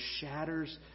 shatters